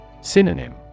Synonym